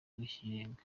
rw’ikirenga